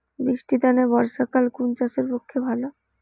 বৃষ্টির তানে বর্ষাকাল কুন চাষের পক্ষে ভালো?